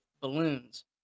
balloons